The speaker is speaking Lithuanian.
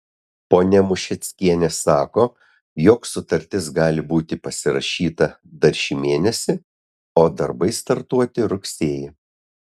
ponia mušeckienė sako jog sutartis gali būti pasirašyta dar šį mėnesį o darbai startuoti rugsėjį